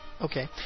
Okay